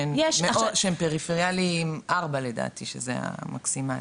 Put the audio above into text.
שהן פריפריאלי 4 לדעתי שזה המקסימלי.